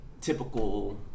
typical